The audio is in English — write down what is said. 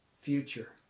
future